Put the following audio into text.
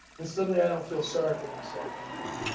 and suddenly i don't feel sorry for myself anymore.